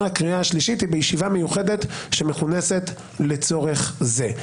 הקריאה השלישית היא בישיבה מיוחדת שמכונסת לצורך זה.